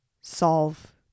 solve